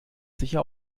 sicher